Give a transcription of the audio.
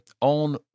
on